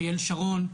אריאל שרון,